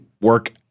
work